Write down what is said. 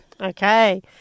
Okay